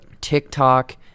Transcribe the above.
TikTok